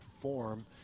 form